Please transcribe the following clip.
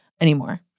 anymore